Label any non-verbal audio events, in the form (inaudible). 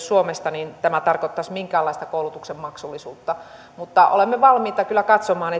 (unintelligible) suomesta tämä tarkoittaisi minkäänlaista koulutuksen maksullisuutta mutta olemme valmiita kyllä katsomaan (unintelligible)